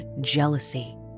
Jealousy